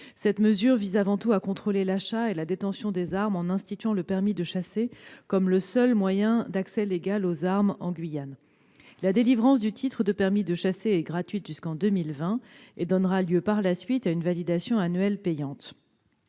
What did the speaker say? de chasse vise avant tout à contrôler l'achat et la détention des armes en en faisant le seul moyen d'accès légal aux armes en Guyane. La délivrance du titre de permis de chasser est gratuite jusqu'en 2020 et donnera lieu par la suite à une validation annuelle payante.